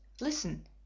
Listen